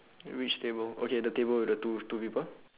at which table okay the table with the two two people